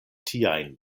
tiajn